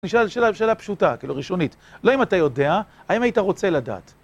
נשאלת השאלה והיא שאלה פשוטה, כאילו ראשונית, לא אם אתה יודע, האם היית רוצה לדעת.